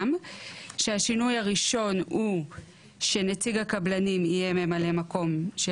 כשהשינוי הראשון הוא שנציג הקבלנים יהיה ממלא מקום של